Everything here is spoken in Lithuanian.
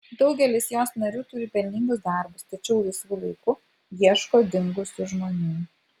daugelis jos narių turi pelningus darbus tačiau laisvu laiku ieško dingusių žmonių